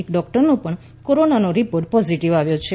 એક ડોક્ટરનું પણ કોરોનાનો રિપોર્ટ પોઝિટિવ આવ્યું છે